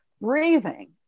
Breathing